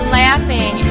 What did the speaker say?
laughing